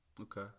Okay